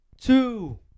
two